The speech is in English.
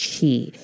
chi